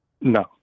No